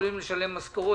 לא יכולים לשלם משכורות.